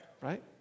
right